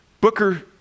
Booker